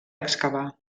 excavar